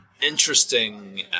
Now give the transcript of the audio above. interesting